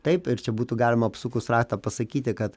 taip ir čia būtų galima apsukus ratą pasakyti kad